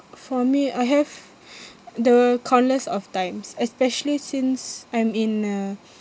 for me I have the countless of times especially since I'm in a